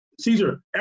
Caesar